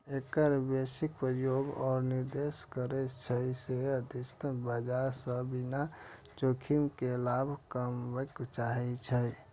एकर बेसी प्रयोग ओ निवेशक करै छै, जे अस्थिर बाजार सं बिना जोखिम के लाभ कमबय चाहै छै